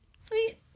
Sweet